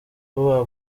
vuba